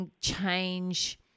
change